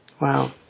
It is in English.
Wow